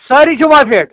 سٲری چھِوا فِٹ